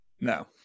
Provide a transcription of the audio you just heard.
no